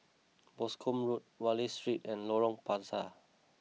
Boscombe Road Wallich Street and Lorong Panchar